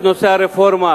את נושא הרפורמה